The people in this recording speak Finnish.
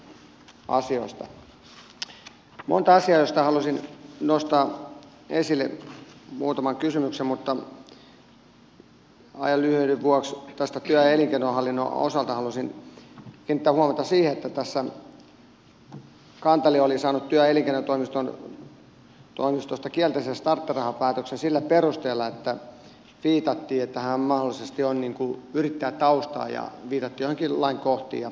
on monta asiaa joista haluaisin nostaa esille muutaman kysymyksen mutta ajan lyhyyden vuoksi tämän työ ja elinkeinohallinnon osalta haluaisin kiinnittää huomiota siihen että tässä kantelija oli saanut työ ja elinkeinotoimistosta kielteisen starttirahapäätöksen sillä perusteella että viitattiin että hänellä mahdollisesti on yrittäjätaustaa ja viitattiin joihinkin lainkohtiin